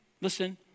listen